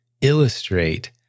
illustrate